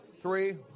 three